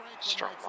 strong